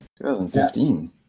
2015